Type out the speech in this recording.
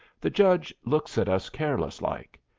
the judge looks at us careless-like,